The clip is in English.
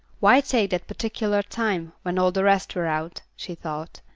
why take that particular time, when all the rest were out? she thought.